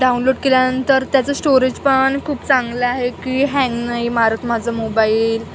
download केल्यानंतर त्याचं storage पण खूप चांगलं आहे की हँग नाही मारत माझं मोबाईल